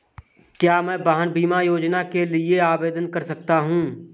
क्या मैं वाहन बीमा योजना के लिए आवेदन कर सकता हूँ?